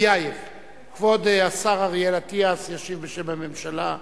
כבוד השר אריאל אטיאס ישיב בשם הממשלה.